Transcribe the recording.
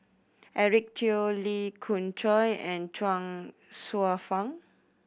Eric Teo Lee Khoon Choy and Chuang Hsueh Fang